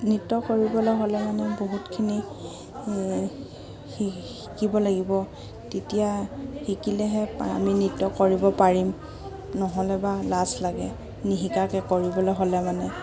নৃত্য কৰিবলৈ হ'লে মানে বহুতখিনি শিকিব লাগিব তেতিয়া শিকিলেহে আমি নৃত্য কৰিব পাৰিম নহ'লে বা লাজ লাগে নিশিকাকৈ কৰিবলৈ হ'লে মানে